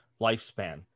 lifespan